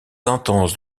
intenses